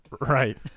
right